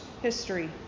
history